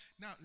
Now